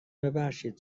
ببخشید